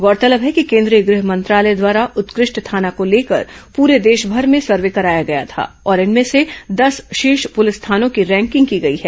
गौरतलब है कि केंद्रीय गृह मंत्रालय द्वारा उत्कृष्ट थाना को लेकर पूरे देशभर में सर्वे कराया गया था और इनमें से दस शीर्ष पुलिस थानों की रैंकिंग की गई है